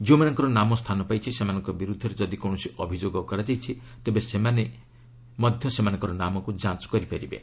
ଯେଉଁମାନଙ୍କର ନାମ ସ୍ଥାନ ପାଇଛି ସେମାନଙ୍କ ବିରୁଦ୍ଧରେ ଯଦି କୌଣସି ଅଭିଯୋଗ କରାଯାଇଛି ତେବେ ସେମାନେ ମଧ୍ୟ ସେମାନଙ୍କର ନାମ ଯାଞ୍ଚ କରିପାରିବେ